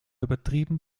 übertrieben